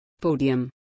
Podium